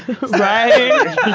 Right